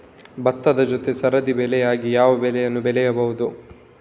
ಭತ್ತದ ಜೊತೆ ಸರದಿ ಬೆಳೆಯಾಗಿ ಯಾವ ಬೆಳೆಯನ್ನು ಬೆಳೆಯಬಹುದು?